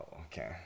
okay